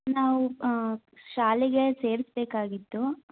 ನಾವು ಶಾಲೆಗೆ ಸೇರಿಸ್ಬೇಕಾಗಿತ್ತು